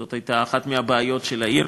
זו הייתה אחת הבעיות של העיר,